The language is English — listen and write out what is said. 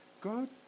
God